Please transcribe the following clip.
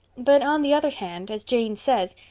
but on the other hand, as jane says,